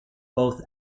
both